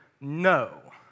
no